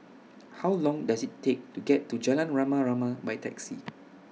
How Long Does IT Take to get to Jalan Rama Rama By Taxi